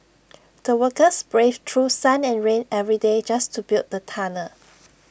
the workers braved through sun and rain every day just to build the tunnel